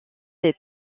des